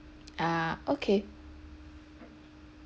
ah okay